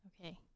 okay